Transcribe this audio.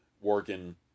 working